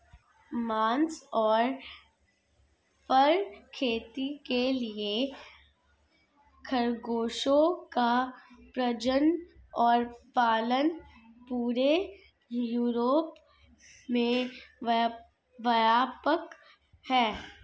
मांस और फर खेती के लिए खरगोशों का प्रजनन और पालन पूरे यूरोप में व्यापक है